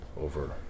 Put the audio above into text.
Over